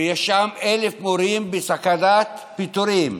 ויש שם 1,000 מורים בסכנת פיטורים,